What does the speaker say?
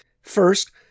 First